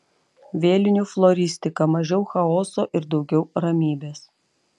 vėlinių floristika mažiau chaoso ir daugiau ramybės